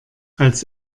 als